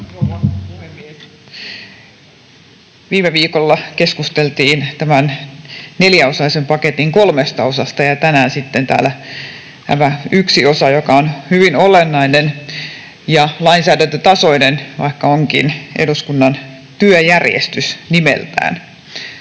Viime viikolla keskusteltiin tämän neljäosaisen paketin kolmesta osasta, ja tänään on täällä tämä yksi osa, joka on hyvin olennainen ja lainsäädännön tasoinen, vaikka onkin eduskunnan työjärjestys nimeltään.